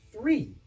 three